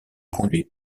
conduits